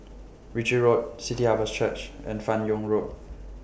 Ritchie Road City Harvest Church and fan Yoong Road